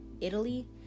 Italy